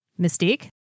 Mystique